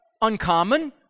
uncommon